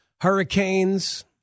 hurricanes